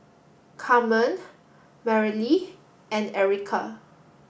Carmen Mareli and Erica